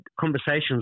conversations